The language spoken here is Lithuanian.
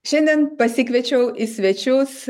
šiandien pasikviečiau į svečius